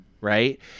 Right